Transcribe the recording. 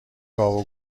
گاو